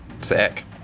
Sick